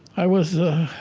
i was a